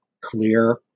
clear